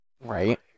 right